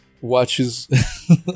Watches